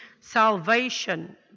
Salvation